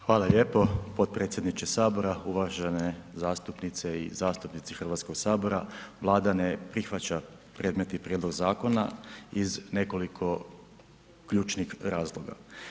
Hvala lijepo potpredsjedniče sabora, uvažene zastupnice i zastupnici Hrvatskog sabora, Vlada ne prihvaća predmetni prijedlog zakona iz nekoliko ključnih razloga.